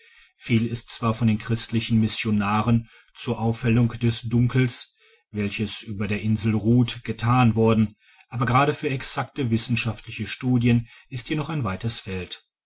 viel ist zwar von den christlichen missionaren zur aufhellung des dunkels welches über der insel ruht gethan worden aber gerade für exacte wissenschaftliche studien ist hier noch ein weites feld